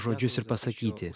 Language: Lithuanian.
žodžius ir pasakyti